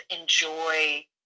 enjoy